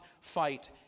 fight